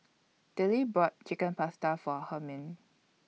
Dillie bought Chicken Pasta For Hermine